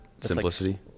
simplicity